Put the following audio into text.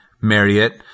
Marriott